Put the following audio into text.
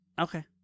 okay